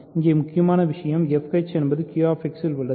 இங்கே முக்கியமான விஷயம் fh என்பது Q X இல் உள்ளது